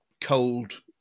cold